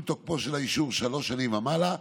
אם תוקפו של האישור שלוש שנים ומעלה,